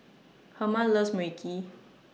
Herma loves Mui Kee